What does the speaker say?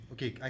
Okay